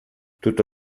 tutto